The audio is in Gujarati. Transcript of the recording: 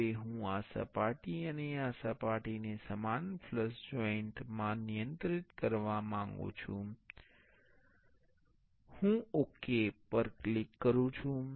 હવે હું આ સપાટી અને આ સપાટીને સમાન ફ્લશ જોઇન્ટ માં નિયંત્રિત કરવા માંગુ છું હું ઓક પર ક્લિક કરું છું